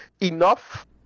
enough